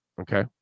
okay